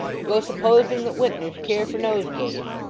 to go supposing that wintners care for nosegays